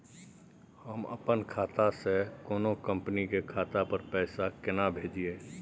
हम अपन खाता से कोनो कंपनी के खाता पर पैसा केना भेजिए?